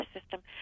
system